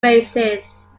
races